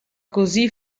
così